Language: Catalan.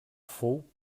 fou